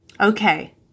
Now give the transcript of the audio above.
Okay